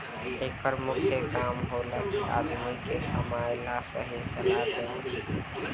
एकर मुख्य काम होला कि आदमी के पइसा के सही फायदा कमाए ला सही सलाह देवल